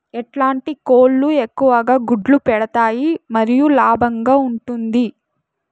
ఎట్లాంటి కోళ్ళు ఎక్కువగా గుడ్లు పెడతాయి మరియు లాభంగా ఉంటుంది?